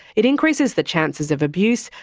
it increases the chances of abuse,